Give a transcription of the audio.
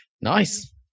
nice